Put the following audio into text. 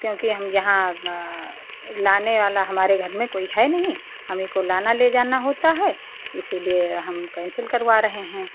क्योंकि हम यहाँ लाने वाला हमारे घर में कोई है नहीं हमीं को लाना ले जाना होता है इसीलिए हम केन्सिल करवा रहे हैं